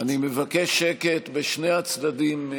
אני מבקש שקט בשני הצדדים,